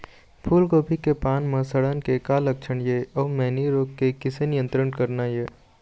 फूलगोभी के पान म सड़न के का लक्षण ये अऊ मैनी रोग के किसे नियंत्रण करना ये?